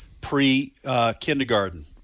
pre-kindergarten